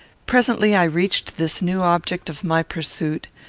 presently i reached this new object of my pursuit,